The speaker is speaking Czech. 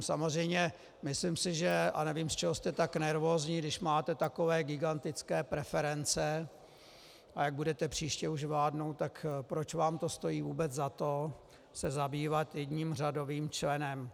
Samozřejmě, myslím si, a nevím, z čeho jste tak nervózní, když máte takové gigantické preference, a jak budete příště už vládnout, tak proč vám to stojí vůbec za to se zabývat jedním řadovým členem.